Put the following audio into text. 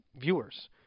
viewers